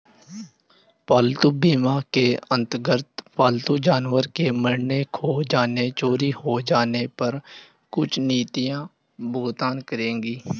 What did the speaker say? पालतू बीमा के अंतर्गत पालतू जानवर के मरने, खो जाने, चोरी हो जाने पर कुछ नीतियां भुगतान करेंगी